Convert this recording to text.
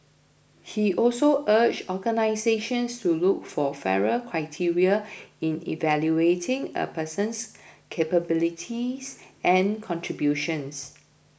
he also urged organisations to look for fairer criteria in evaluating a person's capabilities and contributions